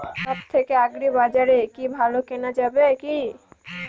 সব থেকে আগ্রিবাজারে কি ভালো কেনা যাবে কি?